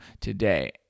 today